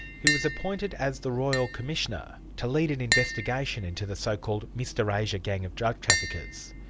he was appointed as the royal commissioner to lead an investigation into the so-called mr asia gang of drug traffickers.